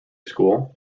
school